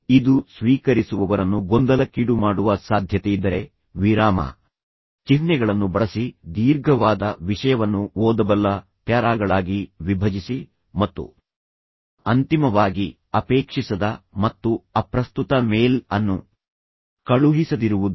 ಇದು ಸ್ವೀಕರಿಸುವವರನ್ನು ಗೊಂದಲಕ್ಕೀಡುಮಾಡುವ ಸಾಧ್ಯತೆಯಿದ್ದರೆ ವಿರಾಮ ಚಿಹ್ನೆಗಳನ್ನು ಬಳಸಿ ದೀರ್ಘವಾದ ವಿಷಯವನ್ನು ಓದಬಲ್ಲ ಪ್ಯಾರಾಗಳಾಗಿ ವಿಭಜಿಸಿ ಮತ್ತು ಅಂತಿಮವಾಗಿ ಅಪೇಕ್ಷಿಸದ ಮತ್ತು ಅಪ್ರಸ್ತುತ ಮೇಲ್ ಅನ್ನು ಕಳುಹಿಸದಿರುವುದು